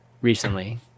recently